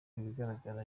ibigaragara